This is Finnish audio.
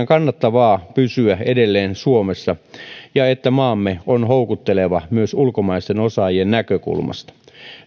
kannattavaa pysyä edelleen suomessa ja että maamme on houkutteleva myös ulkomaisten osaajien näkökulmasta